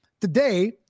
Today